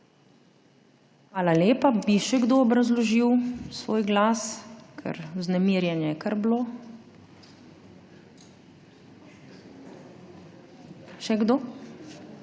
Hvala lepa. Bi še kdo obrazložil svoj glas? Ker vznemirjenje je kar bilo. Še kdo?